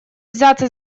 взяться